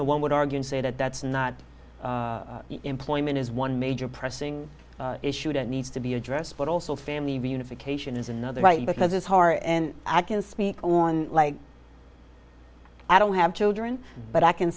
know one would argue and say that that's not employment is one major pressing issue that needs to be addressed but also family reunification is another right because it's hard and i can speak on like i don't have children but i can